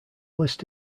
list